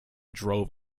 drove